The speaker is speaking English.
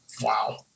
Wow